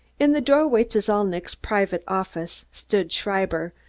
in the doorway to zalnitch's private office stood schreiber,